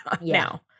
now